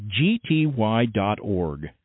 gty.org